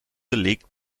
legt